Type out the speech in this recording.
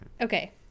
Okay